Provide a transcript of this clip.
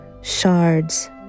shards